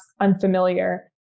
unfamiliar